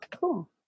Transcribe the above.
Cool